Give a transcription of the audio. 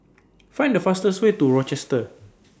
Find The fastest Way to The Rochester